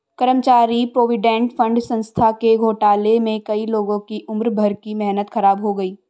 कर्मचारी provident fund संस्था के घोटाले में कई लोगों की उम्र भर की मेहनत ख़राब हो गयी